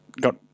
got